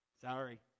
Sorry